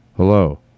Hello